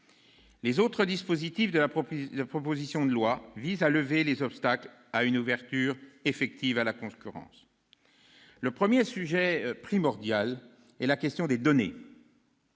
Les autres dispositifs de la proposition de loi visent à lever les obstacles à une ouverture effective à la concurrence. Le premier sujet, primordial, est la question des données,